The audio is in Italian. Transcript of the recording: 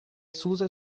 suse